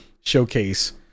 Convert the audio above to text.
showcase